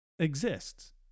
Exists